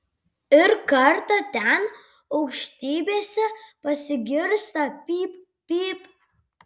ir kartą ten aukštybėse pasigirsta pyp pyp